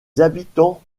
habitants